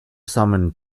summoned